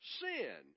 sin